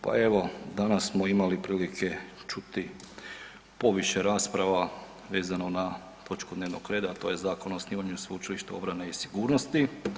Pa evo danas smo imali prilike čuti poviše rasprava vezano za točku dnevnog reda, a to je zakon o osnivanju Sveučilišta obrane i sigurnosti.